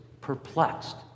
perplexed